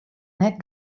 net